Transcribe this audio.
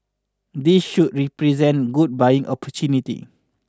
this should represent good buying opportunity